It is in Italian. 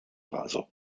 vaso